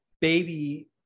baby